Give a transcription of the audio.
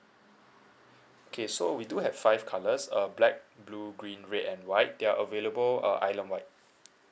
okay so we do have five colours err black blue green red and white they are available uh island-wide